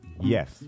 Yes